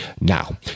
Now